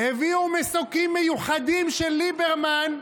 הביאו מסוקים מיוחדים של ליברמן,